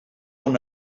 una